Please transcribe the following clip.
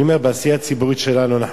אני אומר שבעשייה הציבורית שלנו אנחנו